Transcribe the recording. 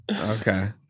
Okay